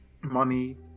money